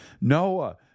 Noah